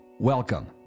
Welcome